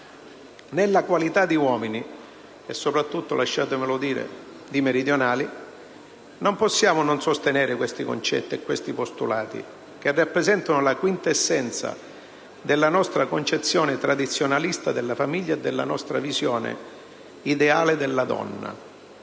Nella qualità di uomini e soprattutto - lasciatemelo dire - di meridionali non possiamo non sostenere questi concetti e postulati che rappresentano la quint' essenza della nostra concezione tradizionalista della famiglia e della nostra visione ideale della donna,